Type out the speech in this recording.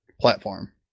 platform